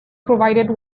provided